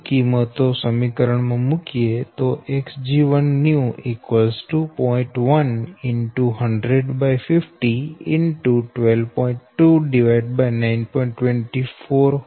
10 pu તેથી Xg1 new 0